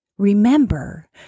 remember